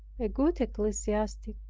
a good ecclesiastic,